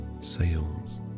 sails